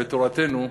בתורתנו,